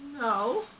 no